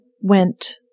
went